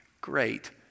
great